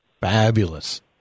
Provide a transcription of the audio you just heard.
Fabulous